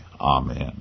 Amen